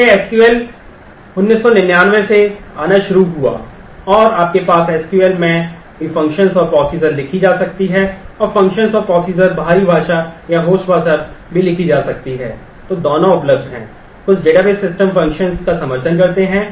तो यह एसक्यूएल लिखे होते हैं